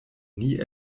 nie